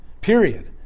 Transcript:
period